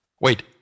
wait